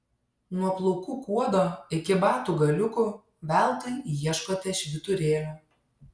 nuo plaukų kuodo iki batų galiukų veltui ieškote švyturėlio